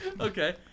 Okay